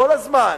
כל הזמן.